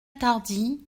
tardy